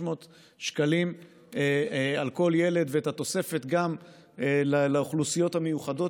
שקלים לכל ילד וגם את התוספת לאוכלוסיות המיוחדות,